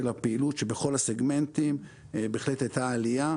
הפעילות שבכל הסגמנטים בהחלט הייתה עלייה,